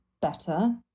better